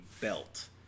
belt